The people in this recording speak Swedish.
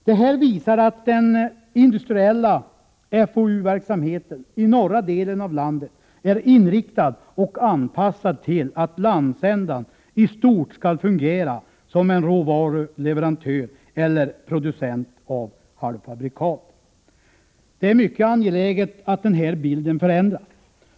Det här visar att den industriella FoOU-verksamheten i norra delen av landet är inriktad på och anpassad till att landsändan i stort skall fungera som en råvaruleverantör eller producent av halvfabrikat. Det är mycket angeläget att den här bilden förändras.